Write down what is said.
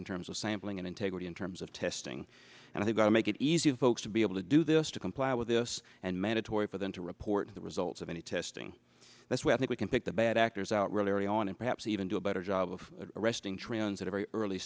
in terms of sampling and integrity in terms of testing and we've got to make it easy folks to be able to do this to comply with this and mandatory for them to report the results of any testing that's why i think we can pick the bad actors out really early on and perhaps even do a better job of arresting trends at a very early